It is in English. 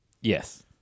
Yes